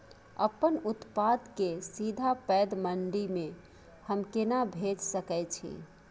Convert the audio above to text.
अपन उत्पाद के सीधा पैघ मंडी में हम केना भेज सकै छी?